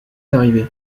arrivé